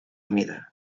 mida